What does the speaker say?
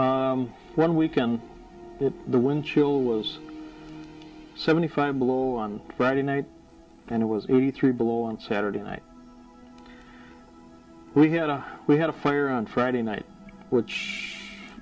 one weekend the wind chill was seventy five below on friday night and it was eighty three below on saturday night we had a we had a fire on friday night which